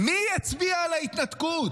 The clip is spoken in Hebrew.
מי הצביע על ההתנתקות?